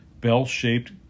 bell-shaped